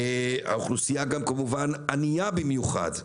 האוכלוסייה גם כמובן ענייה במיוחד.